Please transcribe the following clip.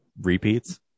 repeats